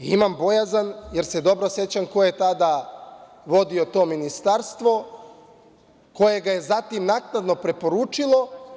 Imam bojazan, jer se dobro sećam ko je tada vodio to Ministarstvo, koje ga je zatim naknadno preporučilo.